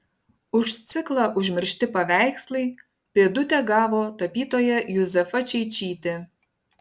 už ciklą užmiršti paveikslai pėdutę gavo tapytoja juzefa čeičytė